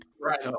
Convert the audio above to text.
right